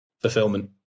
fulfillment